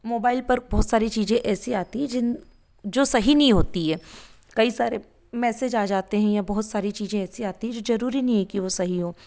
mobile पर बहुत सारी चीज़ें ऐसे आती है जिन जो सही नहीं होती है कई सारे मैसेज आ जाते है या बहुत सारी चीज़ें ऐसी आ जाती है जो ज़रूरी नहीं है की वो सही हो